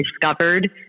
discovered